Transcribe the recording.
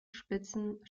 spitzen